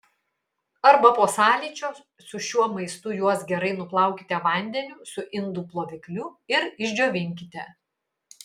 arba po sąlyčio su šiuo maistu juos gerai nuplaukite vandeniu su indų plovikliu ir išdžiovinkite